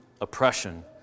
oppression